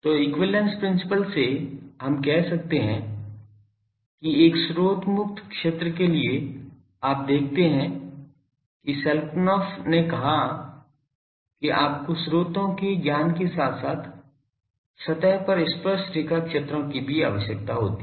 तो equivalence principle से हम कह सकते हैं कि एक स्रोत मुक्त क्षेत्र के लिए आप देखते हैं कि सेलकुनोफ़्फ़ ने कहा कि आपको स्रोतों के ज्ञान के साथ साथ सतह पर स्पर्शरेखा क्षेत्रों की भी आवश्यकता है